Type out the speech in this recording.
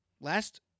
last